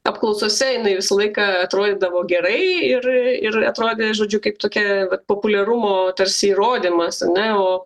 apklausose jinai visą laiką atrodydavo gerai ir ir atrodė žodžiu kaip tokia vat populiarumo tarsi įrodymas a ne o